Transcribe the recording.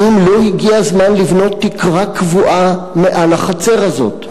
האם לא הגיע הזמן לבנות תקרה קבועה מעל החצר הזאת?